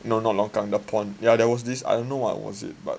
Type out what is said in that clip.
no not longkang the pond yeah there was this I don't know what was it but